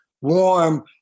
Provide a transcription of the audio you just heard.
warm